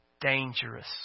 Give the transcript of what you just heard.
dangerous